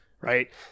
right